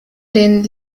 den